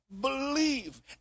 believe